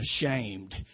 ashamed